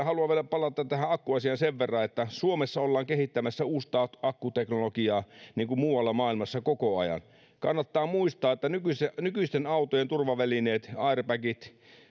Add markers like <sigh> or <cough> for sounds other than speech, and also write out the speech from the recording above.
<unintelligible> haluan vielä palata tähän akkuasiaan sen verran että suomessa ollaan kehittämässä uutta akkuteknologiaa niin kuin muuallakin maailmassa koko ajan kannattaa muistaa että nykyisten nykyisten autojen turvavälineet airbagit